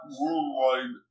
worldwide